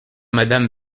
madame